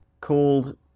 called